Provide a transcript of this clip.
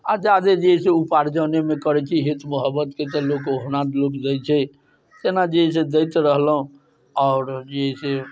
आओर जादे जे है से उपार्जनेमे करै छी हित मोहब्बतके तऽ लोक ओहिना लोग दै छै जेना जे अइ से दैत रहलहुँ आओर जे है से